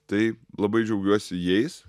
tai labai džiaugiuosi jais